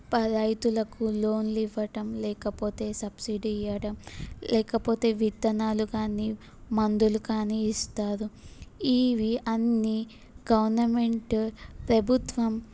ప రైతులకు లోన్లు ఇవ్వటం లేకపోతే సబ్సీడీ ఇవ్వడం లేకపోతే విత్తనాలు కానీ మందులు కానీ ఇస్తారు ఇవి అన్నీ గవర్నమెంటు ప్రభుత్వం